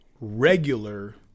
regular